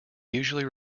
usually